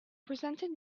presented